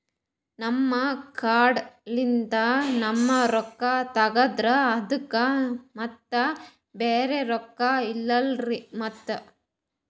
ನಿಮ್ ಕಾರ್ಡ್ ಲಿಂದ ನಮ್ ರೊಕ್ಕ ತಗದ್ರ ಅದಕ್ಕ ಮತ್ತ ಬ್ಯಾರೆ ರೊಕ್ಕ ಇಲ್ಲಲ್ರಿ ಮತ್ತ?